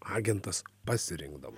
agentas pasirinkdavo